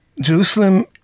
Jerusalem